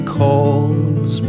calls